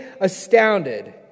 astounded